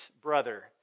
brother